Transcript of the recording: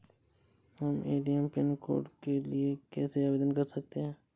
हम ATM pin code के लिए कैसे आवेदन कर सकते हैं?